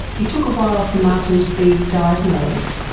it took a while for martin to be diagnosed.